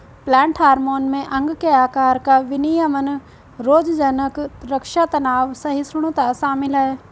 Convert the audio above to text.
plant hormone में अंग के आकार का विनियमन रोगज़नक़ रक्षा तनाव सहिष्णुता शामिल है